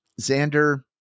Xander